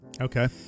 Okay